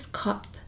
cup